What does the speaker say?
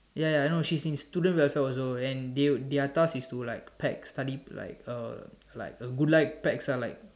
ya ya ya I know she's in student welfare also and they would their task is to like pack study like uh like uh good luck packs ah like